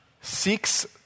seeks